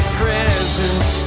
presence